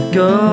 go